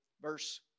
verse